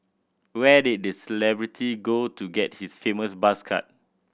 where did the celebrity go to get his famous buzz cut